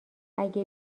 اگه